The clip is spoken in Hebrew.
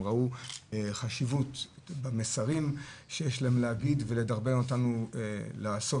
ראו חשיבות במסרים שיש להם להגיד ולדרבן אותנו לעשות.